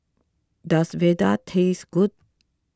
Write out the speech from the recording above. does Vadai taste good